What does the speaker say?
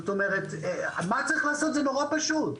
זאת אומרת, מה צריך לעשות זה נורא פשוט,